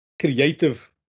creative